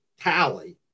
tally